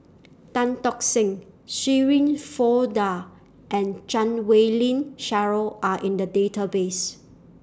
Tan Tock Seng Shirin Fozdar and Chan Wei Ling Cheryl Are in The Database